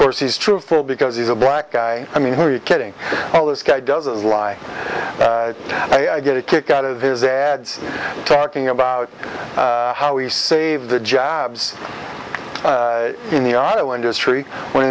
course he's truthful because he's a bright guy i mean who are you kidding oh this guy doesn't lie i get a kick out of his ads talking about how we save the jobs in the auto industry when